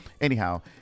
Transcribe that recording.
anyhow